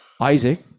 Isaac